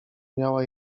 miała